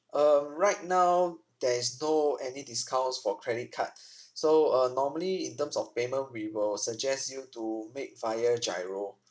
um right now there is no any discounts for credit card so uh normally in terms of payment we will suggest you to make via GIRO